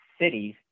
cities